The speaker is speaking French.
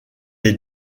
est